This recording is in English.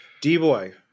D-Boy